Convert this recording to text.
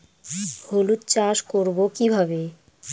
হলুদ চাষ করব কিভাবে?